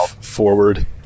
forward